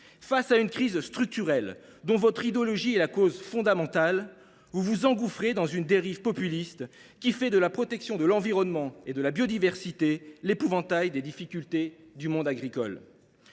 Face à une crise structurelle, dont votre idéologie est la cause fondamentale, vous vous engouffrez dans une dérive populiste qui fait de la protection de l’environnement et de la biodiversité l’épouvantail des difficultés du monde agricole.